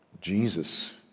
Jesus